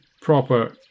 proper